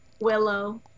Willow